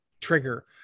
trigger